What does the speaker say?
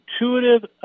intuitive